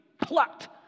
plucked